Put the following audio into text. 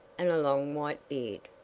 and a long white beard.